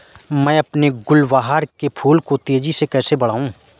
मैं अपने गुलवहार के फूल को तेजी से कैसे बढाऊं?